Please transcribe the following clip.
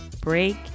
break